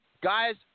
guys